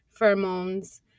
pheromones